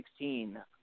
2016 –